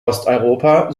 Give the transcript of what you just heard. osteuropa